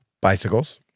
bicycles